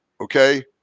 Okay